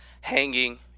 Hanging